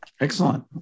Excellent